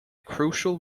crucial